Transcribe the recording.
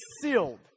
sealed